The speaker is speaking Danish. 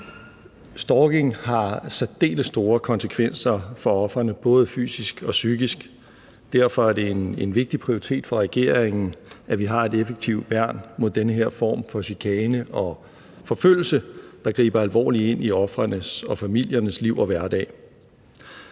Stalking har særdeles store konsekvenser for ofrene, både fysisk og psykisk. Derfor er det en vigtig prioritet for regeringen, at vi har et effektivt værn mod den her form for chikane og forfølgelse, der griber alvorligt ind i ofrenes og familiernes liv og hverdag.